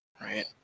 right